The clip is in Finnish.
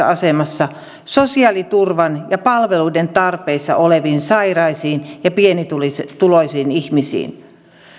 asemassa sosiaaliturvan ja palveluiden tarpeessa oleviin sairaisiin ja pienituloisiin ihmisiin